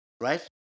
right